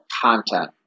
content